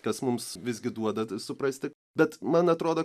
kas mums visgi duoda tai suprasti bet man atrodo